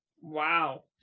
wow